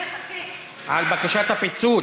על בקשת הפיצול.